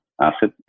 Asset